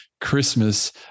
Christmas